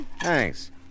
Thanks